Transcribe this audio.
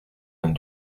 vingt